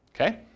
Okay